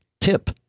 Tip